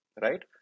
right